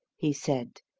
he said.